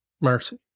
Mercy